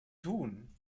tun